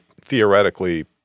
theoretically